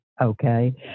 Okay